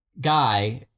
guy